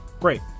great